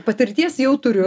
patirties jau turiu